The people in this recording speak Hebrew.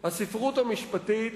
הספרות המשפטית